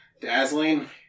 Dazzling